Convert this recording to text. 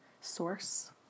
source